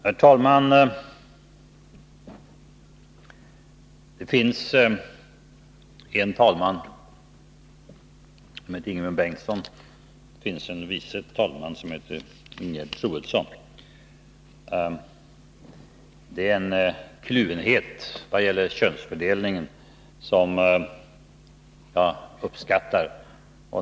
Herr talman! Vi har en talman, som heter Ingemund Bengtsson, och en förste vice talman, som heter Ingegerd Troedsson. Det är en kluvenhet i könsfördelningen, som jag uppskattar.